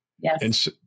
Yes